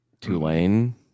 Tulane